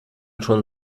schon